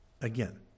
again